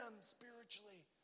spiritually